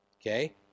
Okay